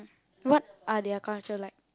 what are their culture like